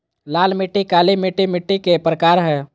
लाल मिट्टी, काली मिट्टी मिट्टी के प्रकार हय